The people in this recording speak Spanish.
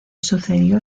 sucedió